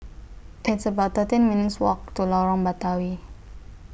It's about thirteen minutes' Walk to Lorong Batawi